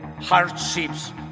hardships